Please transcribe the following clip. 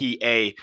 PA